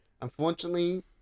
Unfortunately